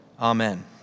Amen